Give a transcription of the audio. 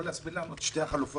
כי קרה משהו שהוא מגיע כרגע מבחוץ,